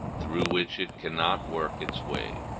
through which it cannot work its way,